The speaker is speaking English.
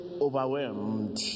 overwhelmed